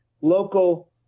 local